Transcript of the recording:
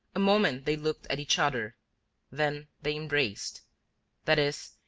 a moment they looked at each other then they embraced that is,